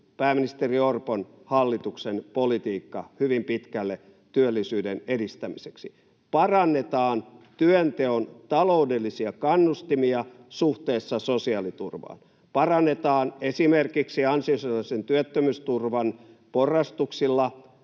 pääministeri Orpon hallituksen politiikka hyvin pitkälle työllisyyden edistämiseksi. Parannetaan työnteon taloudellisia kannustimia suhteessa sosiaaliturvaan, parannetaan esimerkiksi ansiosidonnaisen työttömyysturvan porrastuksilla,